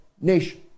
nation